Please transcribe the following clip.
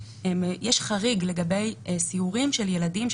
יש חריג לגבי סיורים של ילדים,